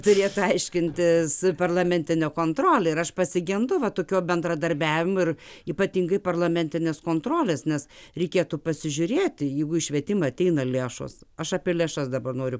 turėtų aiškintis parlamentinė kontrolė ir aš pasigendu va tokio bendradarbiavimo ir ypatingai parlamentinės kontrolės nes reikėtų pasižiūrėti jeigu į švietimą ateina lėšos aš apie lėšas dabar noriu